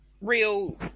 real